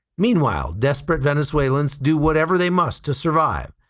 meanwhile, desperate venezuelans do whatever they must to survive.